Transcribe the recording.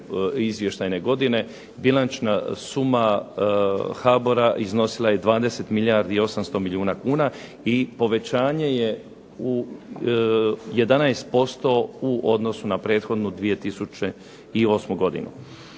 izvještajne godine, bilančna suma HBOR-a iznosila je 20 milijardi i 800 milijuna kuna i povećanje je 11% u odnosu na prethodnu 2008. godinu.